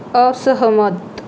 असहमत